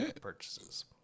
purchases